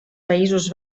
països